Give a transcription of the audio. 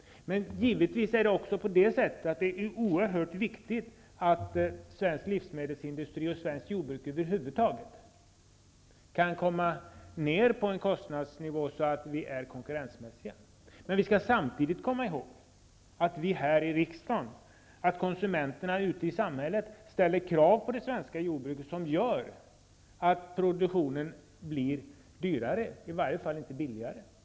Men givetvis är det oerhört viktigt att svensk livsmedelsindustri och svenskt jordbruk över huvud taget kan komma ner till en sådan kostnadsnivå att vi är konkurrensmässiga. Men vi skall samtidigt komma ihåg att vi i riksdagen och konsumenterna ute i samhället ställer krav på det svenska jordbruket som gör att produktionen blir dyrare, i varje fall inte billigare.